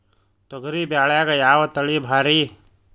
ತೊಗರಿ ಬ್ಯಾಳ್ಯಾಗ ಯಾವ ತಳಿ ಭಾರಿ?